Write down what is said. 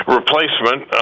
replacement